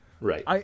right